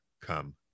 come